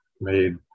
made